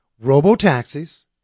robo-taxis